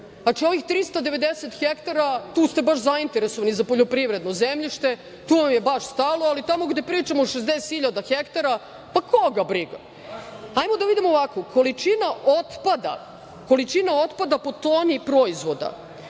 Znači, ovih 390 hektara, tu ste baš zainteresovani za poljoprivredno zemljište, tu vam je baš stalo, ali tamo gde pričamo o 60.000 hektara, koga briga. Hajde da vidimo ovako, količina otpada po toni proizvoda.